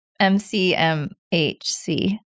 MCMHC